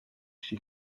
she